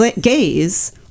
gaze